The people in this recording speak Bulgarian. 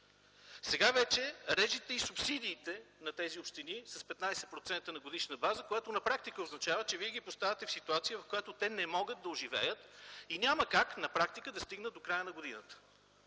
Сега вече режете и субсидиите на тези общини с 15% на годишна база, което на практика означава, че вие ги поставяте в ситуация, в която те не могат да оживеят и няма как на практика да стигнат до края на годината.